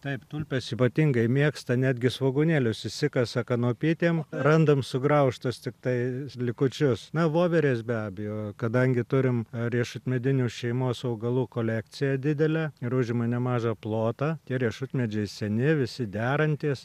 taip tulpes ypatingai mėgsta netgi svogūnėlius išsikasa kanopytėm randam sugraužtas tiktai likučius na voverės be abejo kadangi turim riešutmedinių šeimos augalų kolekciją didelę ir užima nemažą plotą tie riešutmedžiai seni visi derantys